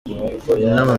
inama